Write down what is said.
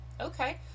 okay